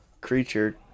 creature